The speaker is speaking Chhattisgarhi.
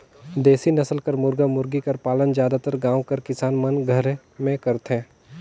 देसी नसल कर मुरगा मुरगी कर पालन जादातर गाँव कर किसान मन घरे में करथे